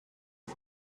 aux